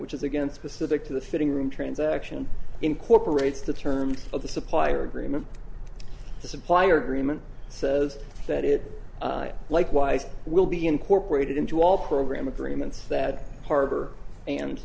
which is against specific to the fitting room transaction incorporates the terms of the supplier agreement the supplier agreement says that it likewise will be incorporated into all program agreements that harbor and